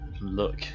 Look